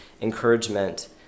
encouragement